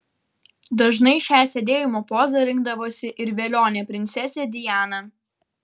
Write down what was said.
dažnai šią sėdėjimo pozą rinkdavosi ir velionė princesė diana